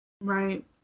Right